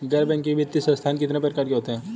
गैर बैंकिंग वित्तीय संस्थान कितने प्रकार के होते हैं?